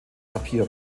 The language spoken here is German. apia